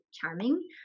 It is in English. charming